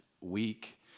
week